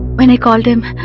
when i called him,